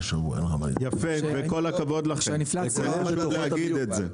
יפה וכל הכבוד לך, חשוב להגיד את זה.